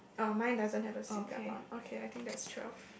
oh mine doesn't have a seat belt on okay I think that's twelve